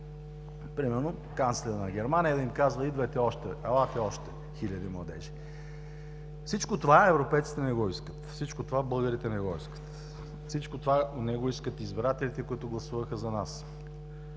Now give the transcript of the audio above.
примерно канцлерът на Германия да им казва: „Идвайте още! Елате още хиляди младежи.“ Всичко това европейците не го искат. Всичко това българите не го искат. Всичко това не го искат и избирателите, които гласуваха за нас.